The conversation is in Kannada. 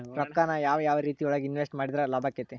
ರೊಕ್ಕಾನ ಯಾವ ಯಾವ ರೇತಿಯೊಳಗ ಇನ್ವೆಸ್ಟ್ ಮಾಡಿದ್ರ ಲಾಭಾಕ್ಕೆತಿ?